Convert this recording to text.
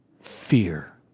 fear